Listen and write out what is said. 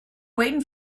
waiting